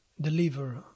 deliver